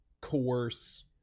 coerce